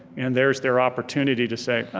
and there's their opportunity to say ah,